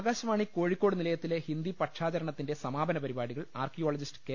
ആകാശവാണി കോഴിക്കോട് നിലയത്തിലെ ഹിന്ദിപക്ഷാ ചരണത്തിന്റെ സമാപന പരിപാടികൾ ആർക്കിയോളജിസ്റ്റ് കെ